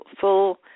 full